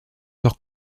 sur